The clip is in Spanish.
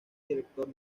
director